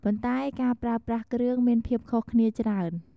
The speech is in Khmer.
ប៉ុន្តែបើការប្រើប្រាស់គ្រឿងមានភាពខុសគ្នាច្រើន។